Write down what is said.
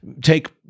Take